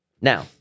Now